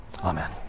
Amen